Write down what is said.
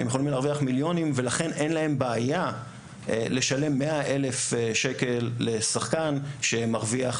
ולכן אין להם בעיה לשלם 100,000 שקל לשחקן שמרוויח,